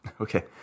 Okay